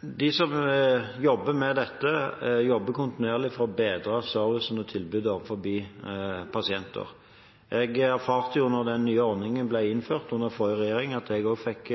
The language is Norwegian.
De som jobber med dette, jobber kontinuerlig for å bedre servicen og tilbudet overfor pasienter. Jeg erfarte da den nye ordningen ble innført under den forrige regjeringen, at jeg også fikk